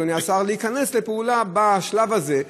אדוני השר: להיכנס לפעולה בשלב הזה,